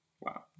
Wow